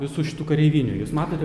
visų šitų kareivinių jūs matote